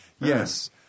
yes